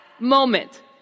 moment